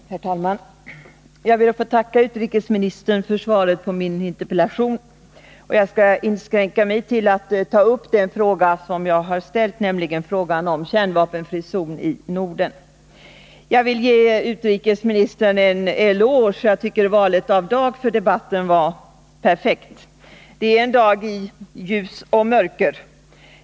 Herr talman! Jag ber att få tacka utrikesministern för svaret på min interpellation. Jag skall inskränka mig till att ta upp bara den fråga som jag har ställt, nämligen frågan om en kärnvapenfri zon i Norden. Nr 48 Jag vill också ge utrikesministern en eloge. Jag tycker att valet av dag för debatten är perfekt. Det är en dag i både ljus och mörker.